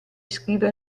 iscrive